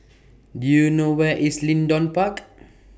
Do YOU know Where IS Leedon Park